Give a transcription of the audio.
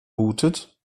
bootet